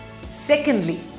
Secondly